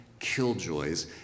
killjoys